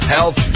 Health